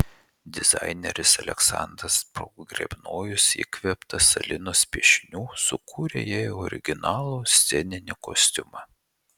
dizaineris aleksandras pogrebnojus įkvėptas alinos piešinių sukūrė jai originalų sceninį kostiumą